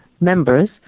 members